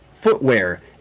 footwear